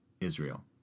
Israel